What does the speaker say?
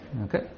Okay